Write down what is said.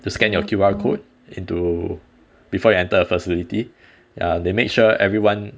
to scan your Q_R code into before you enter a facility ya they made sure everyone